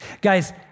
Guys